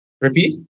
Repeat